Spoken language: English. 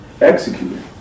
executed